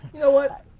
know what,